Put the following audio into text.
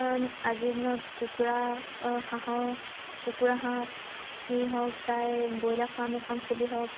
কাৰণ আজিৰ দিনত কুকুৰা অ' হাঁহৰ কুকুৰা হাঁহ সি হওক চাই ব্ৰইলাৰ ফাৰ্ম এখন খুলি হওক